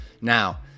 Now